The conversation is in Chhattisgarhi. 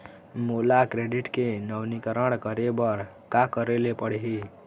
मोला क्रेडिट के नवीनीकरण करे बर का करे ले पड़ही?